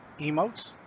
emotes